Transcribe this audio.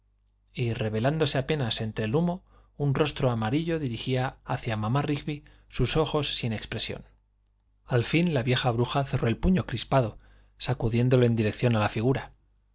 y revelándose apenas entre el humo un rostro amarillo dirigía hacia mamá rigby sus ojos sin expresión al fin la vieja bruja cerró el puño crispado sacudiéndolo en dirección a la figura